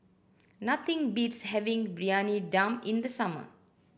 nothing beats having Briyani Dum in the summer